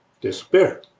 disappear